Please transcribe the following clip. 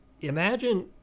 Imagine